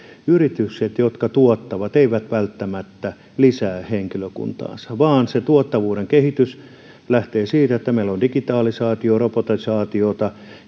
yritykset jotka tuottavat eivät välttämättä lisää henkilökuntaansa vaan tuottavuuden kehitys lähtee siitä että meillä on digitalisaatiota robotisaatiota